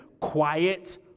quiet